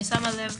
אני שמה לב